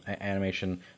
animation